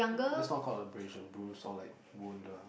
that's not called abrasion bruise or like wound uh